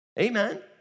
Amen